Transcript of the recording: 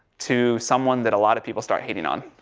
to someone that a lot of people start hating on.